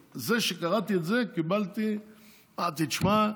אז כשקראתי את זה אמרתי: תשמע,